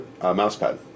Mousepad